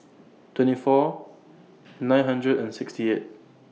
twenty four nine hundred and sixty eight